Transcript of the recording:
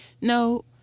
no